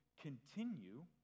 continue